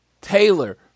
Taylor